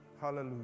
Hallelujah